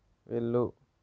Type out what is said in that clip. వెళ్ళు